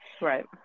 right